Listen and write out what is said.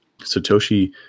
Satoshi